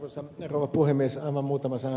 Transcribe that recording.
aivan muutama sana tuosta ed